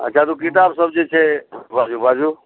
अच्छा तऽ ओ किताब सब जे छै बाजू बाजू